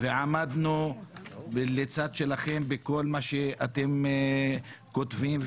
ועמדנו בצד שלכם בכל מה שאתם כותבים,